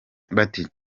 bati